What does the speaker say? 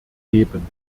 geben